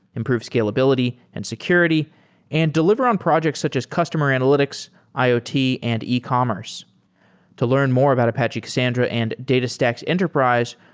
improve scalability and security and deliver on projects such as customer analytics, iot and ah e-commerce. to learn more about apache cassandra and datastax enterprise,